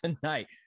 tonight